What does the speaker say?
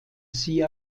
sie